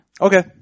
Okay